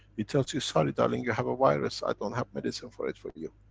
he tells you, sorry, darling, you have a virus. i don't have medicine for it for you.